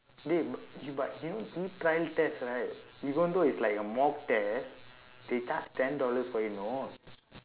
dey but you but you know e-trial test right even though it's like a mock test they charge ten dollars from you know